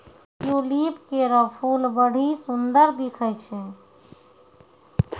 tulip केरो फूल बड्डी सुंदर दिखै छै